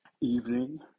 evening